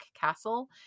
castle